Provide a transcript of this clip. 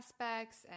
aspects